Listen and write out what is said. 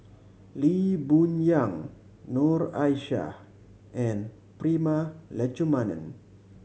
Lee Boon Yang Noor Aishah and Prema Letchumanan